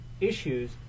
issues